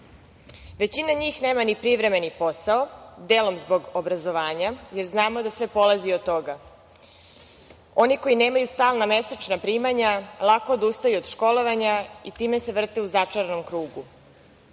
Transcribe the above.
Većina njih nema ni privremeni posao, delom zbog obrazovanja, jer znamo da sve polazi od toga. Oni koji nemaju stalna mesečna primanja lako odustaju od školovanja i time se vrte u začaranom krugu.